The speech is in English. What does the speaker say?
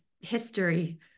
history